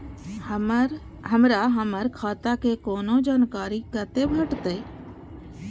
हमरा हमर खाता के कोनो जानकारी कते भेटतै